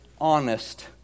honest